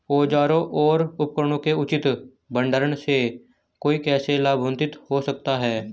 औजारों और उपकरणों के उचित भंडारण से कोई कैसे लाभान्वित हो सकता है?